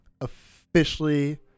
officially